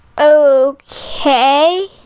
Okay